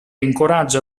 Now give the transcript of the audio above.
incoraggia